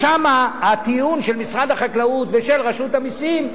שם הטיעון של משרד החקלאות ושל רשות המסים,